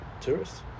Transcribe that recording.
tourists